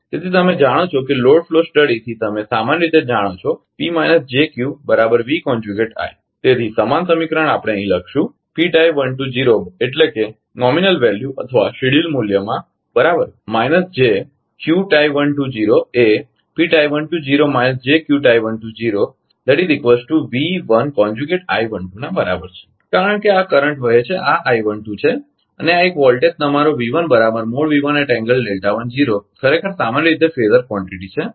તેથી તમે જાણો છો કે લોડ ફ્લો સ્ટડીથી તમે સામાન્ય રીતે જાણો છો તેથી સમાન સમીકરણ આપણે અહીં લખશું એટલે કે નજીવા મૂલ્ય અથવા શિડ્યુલ મૂલ્ય માં બરાબર માઈનસ એ ના બરાબર છે કારણ કે આ કરંટ વહે છે આ છે અને આ એક વોલ્ટેજ તમારો ખરેખર સામાન્ય રીતે ફેઝર કવોંટીટી છે